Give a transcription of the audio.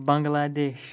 Bangladesh